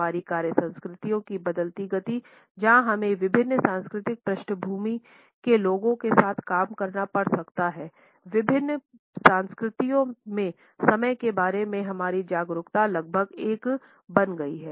हमारी कार्य संस्कृतियों की बदलती गति जहां हमें विभिन्न सांस्कृतिक पृष्ठभूमि के लोगों के साथ काम करना पड़ सकता है विभिन्न संस्कृतियों में समय के बारे में हमारी जागरूकता लगभग एक बन गई है